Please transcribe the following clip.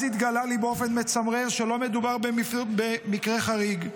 אז התגלה לי באופן מצמרר שלא מדובר במקרה חריג,